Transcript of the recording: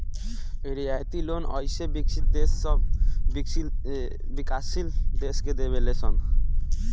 रियायती लोन अइसे विकसित देश सब विकाशील देश के देवे ले सन